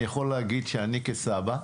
אני יכול להגיד שאני כסבא,